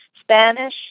Spanish